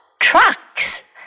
trucks